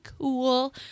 cool